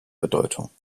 bedeutung